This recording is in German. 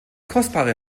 kostbare